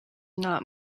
not